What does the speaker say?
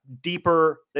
deeper